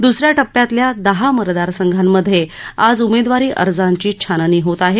द्स या टप्प्यातल्या दहा मतदारसंघांमधे आज उमेदवारी अर्जांची छाननी होत आहे